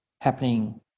happening